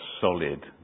solid